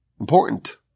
important